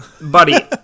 Buddy